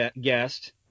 guest